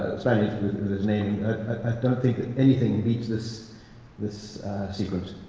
with his naming. i don't think that anything beats this this sequence.